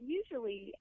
usually